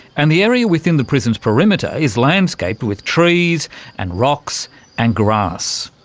and the area within the prison's perimeter is landscaped with trees and rocks and grass.